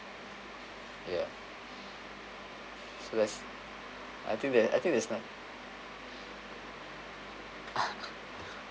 ya so that's I think that I think there's no~